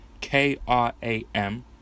K-R-A-M